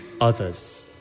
others